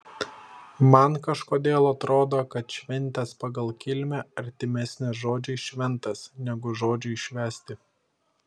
man kažkodėl atrodo kad šventės pagal kilmę artimesnės žodžiui šventas negu žodžiui švęsti